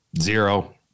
Zero